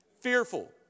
Fearful